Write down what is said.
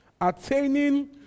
attaining